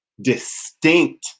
distinct